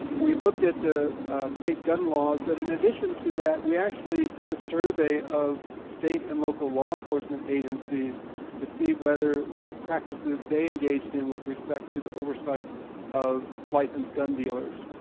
we looked at the state gun laws, but in addition to that, we actually did a survey of state and local law enforcement agencies to see what practices they engaged in with respect to the oversight of licensed gun dealers.